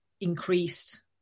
increased